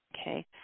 Okay